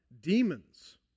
demons